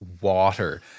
water